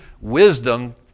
wisdom